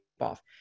off